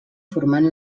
formant